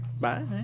Bye